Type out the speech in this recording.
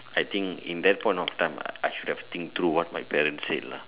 I think in that point of time I should have think through what my parents said lah